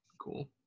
Cool